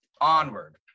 onward